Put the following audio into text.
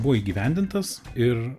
buvo įgyvendintas ir